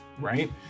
right